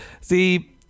see